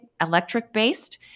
electric-based